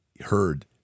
heard